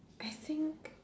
I think